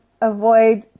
avoid